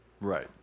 Right